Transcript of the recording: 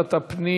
לוועדת הפנים